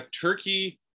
Turkey